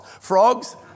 Frogs